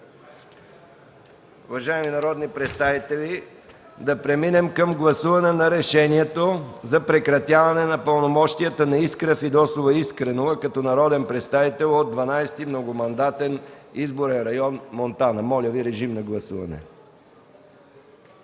Уважаеми народни представители, да преминем към гласуване на Решението за прекратяване на пълномощията на Искра Фидосова Искренова като народен представител от 12. многомандатен избирателен район Монтана. Гласували